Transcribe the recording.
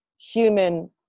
human